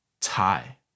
tie